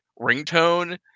ringtone